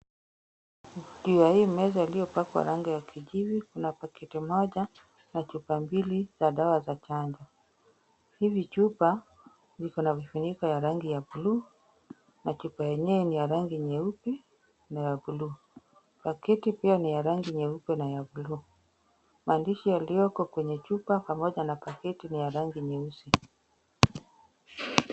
Juu ya hii meza iliyopakwa rangi ya kijivu, kuna pakiti moja na chupa mbli za dawa za chanjo. Hizi chupa ziko na vifuniko ya rangi ya buluu na chupa yenyewe ni ya rangi nyeupe na ya buluu. Pakiti pia ni ya rangi nyeupe na ya buluu. Maandishi yaliyoko kwenye chupa pamoja na pakiti ni ya rangi nyeusi.